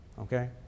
Okay